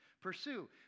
pursue